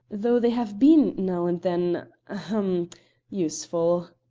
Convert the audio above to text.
though they have been, now and then ahem useful.